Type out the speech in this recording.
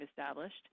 established